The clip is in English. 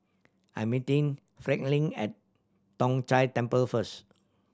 I'm meeting Franklyn at Tong Whye Temple first